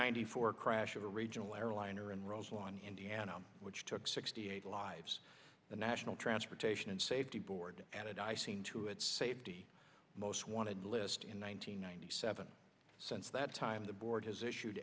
ninety four crash of a regional airliner in roselawn indiana which took sixty eight lives the national transportation safety board added i seen to it safety most wanted list in one nine hundred ninety seven since that time the board has issued